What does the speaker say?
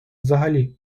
взагалі